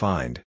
Find